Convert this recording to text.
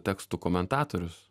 tekstų komentatorius